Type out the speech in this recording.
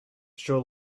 sure